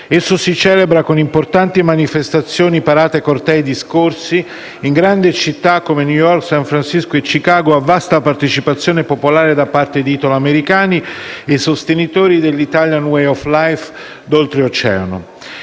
Esso si celebra con importanti manifestazioni, quali parate, cortei e discorsi pubblici, in grandi città come New York, San Francisco e Chicago, e vasta partecipazione popolare da parte di italoamericani e sostenitori dell'*italian way of life* d'Oltreoceano.